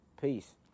Peace